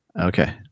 Okay